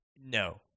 No